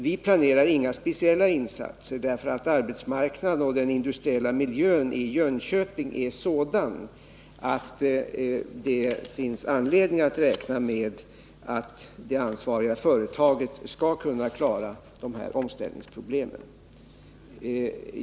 Vi planerar inga speciella insatser, eftersom arbetsmarknaden och den industriella miljön i Jönköping är sådana att det finns anledning räkna med att det ansvariga företaget skall kunna klara de här omställningsproblemen.